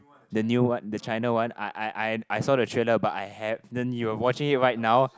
the new one the China one I I I I saw the trailer but I then you are watching it right now